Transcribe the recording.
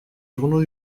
journaux